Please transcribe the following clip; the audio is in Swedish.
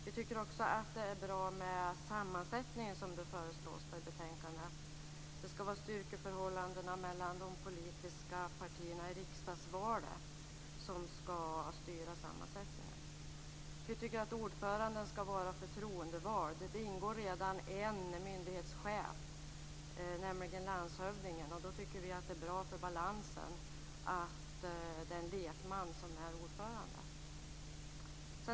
Vi tycker också att det är bra med den sammansättning som föreslås i betänkandet, dvs. att styrkefördelningen mellan de politiska partierna i riksdagsvalet skall styra sammansättningen. Vi tycker att ordföranden skall vara förtroendevald. Det ingår redan en myndighetschef, nämligen landshövdingen, och då tycker vi att det är bra för balansen att det är en lekman som är ordförande.